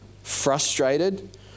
frustrated